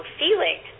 feeling